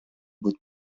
будет